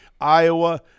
Iowa